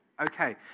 Okay